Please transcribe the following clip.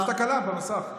זו תקלה במסך.